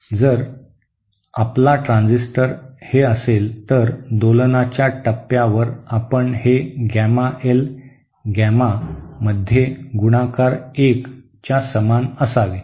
जर आपला ट्रान्झिस्टर हे असेल तर दोलनाच्या टप्प्यावर आपण हे गॅमा एल गॅमा मध्ये गुणाकार 1 च्या समान असावे